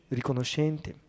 riconoscente